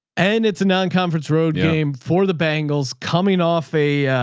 and it's an ah unconference road game for the bangles coming off a,